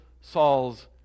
Saul's